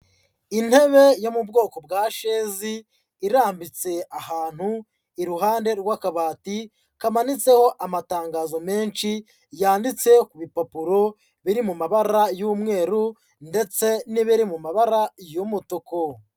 Intebe yo mu bwoko bwa shezi irambitse ahantu iruhande rw'akabati kamanitseho amatangazo menshi, yanditse ku bipapuro biri mu mabara y'umweru ndetse n'ibiri mu mabara y'umutuku.